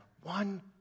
One